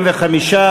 45,